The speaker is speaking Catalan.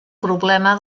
problema